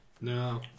No